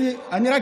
כן, אני פה.